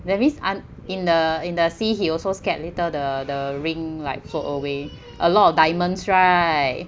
that means un in the in the sea he also scared later the the ring like float away a lot of diamonds right